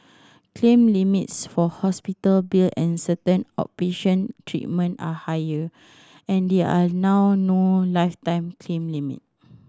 claim limits for hospital bill and certain outpatient treatment are higher and there are now no lifetime claim limit